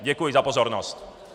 Děkuji za pozornost.